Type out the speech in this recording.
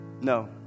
no